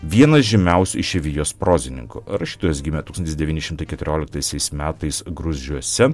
vienas žymiausių išeivijos prozininkų rašytojas gimė tūkstantis devyni šimtai keturioliktaisiais metais gruzdžiuose